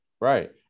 right